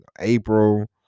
April